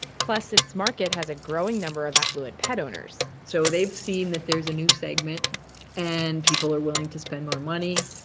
plus its market has a growing number of affluent pet owners so they've seen that there's a new segment and people are willing to spend more money,